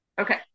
Okay